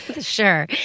Sure